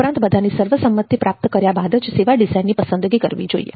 ઉપરાંત બધાની સર્વસંમતિ પ્રાપ્ત કર્યા બાદ જ સેવા ડિઝાઈનની પસંદગી કરવી જોઈએ